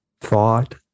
thought